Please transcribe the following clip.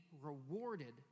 rewarded